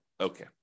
Okay